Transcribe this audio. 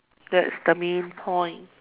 that's the main point